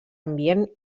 ambient